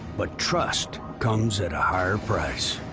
but trust comes at a higher price.